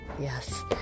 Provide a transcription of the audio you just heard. Yes